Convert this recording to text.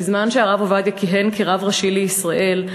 בזמן שהרב עובדיה כיהן כרב ראשי לישראל,